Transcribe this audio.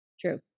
True